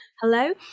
Hello